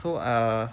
so err